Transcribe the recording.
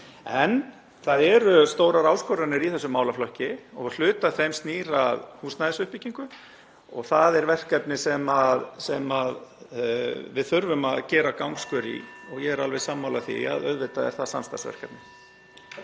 En það eru stórar áskoranir í þessum málaflokki. Hluti af þeim snýr að húsnæðisuppbyggingu og það er verkefni sem við þurfum að gera gangskör í, og ég er alveg sammála því að auðvitað er það samstarfsverkefni.